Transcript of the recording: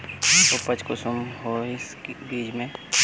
उपज कुंसम है इस बीज में?